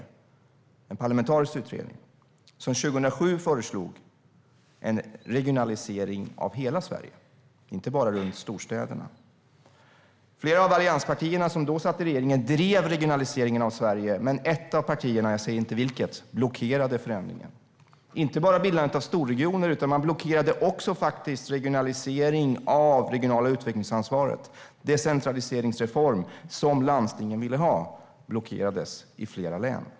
Det var en parlamentarisk utredning som 2007 föreslog en regionalisering av hela Sverige, inte bara runt storstäderna. Flera av allianspartierna som då satt i regeringen drev regionaliseringen av Sverige, men ett av partierna - jag säger inte vilket - blockerade förändringen. Man blockerade inte bara bildandet av storregioner utan faktiskt också regionalisering av det regionala utvecklingsansvaret. Den decentraliseringsreform som landstingen ville ha blockerades i flera län.